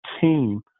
team